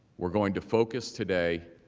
we are going to focus today